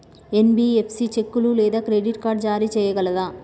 NBFC చెక్కులు లేదా credit card జారీ చేయగలదా?